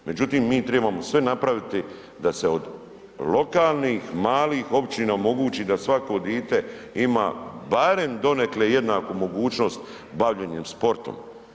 Međutim mi tribamo sve napraviti da se od lokalnih malih općina omogući da svako dite ima barem donekle jednaku mogućnost bavljenjem sportom.